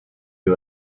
you